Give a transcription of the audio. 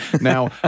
Now